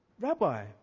Rabbi